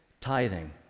tithing